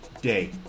day